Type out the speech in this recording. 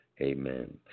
Amen